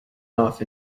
off